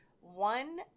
One